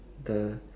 the